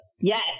Yes